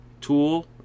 tool